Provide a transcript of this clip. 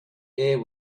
air